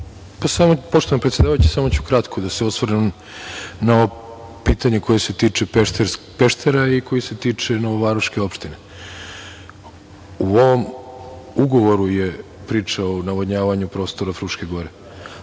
Poštovana predsedavajuća, samo ću kratko da se osvrnem na ovo pitanje koje se tiče Peštera i koji se tiče novovaroške opštine.U ovom ugovoru je priča o navodnjavanju prostora Fruške gore,